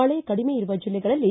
ಮಳೆ ಕಡಿಮೆ ಇರುವ ಜಿಲ್ಲೆಗಳಲ್ಲಿ